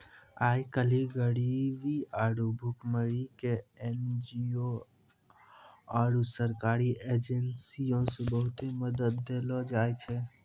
आइ काल्हि गरीबी आरु भुखमरी के एन.जी.ओ आरु सरकारी एजेंसीयो से बहुते मदत देलो जाय छै